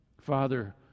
Father